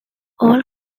all